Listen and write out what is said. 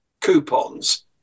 coupons